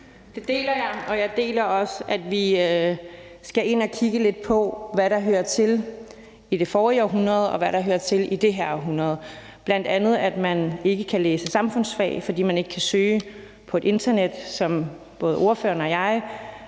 deler jeg, og jeg deler også den opfattelse, at vi skal ind og kigge lidt på, hvad der hører til i det forrige århundrede, og hvad der hører til i det her århundrede, bl.a. at man ikke kan læse samfundsfag, fordi man ikke kan søge på et internet, som både ordføreren og jeg